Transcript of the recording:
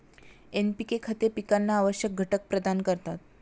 NPK खते पिकांना आवश्यक घटक प्रदान करतात